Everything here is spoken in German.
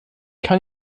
kann